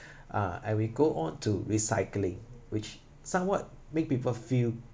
ah and we go on to recycling which somewhat make people feel